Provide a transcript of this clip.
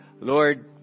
Lord